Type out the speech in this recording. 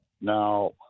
Now